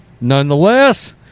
nonetheless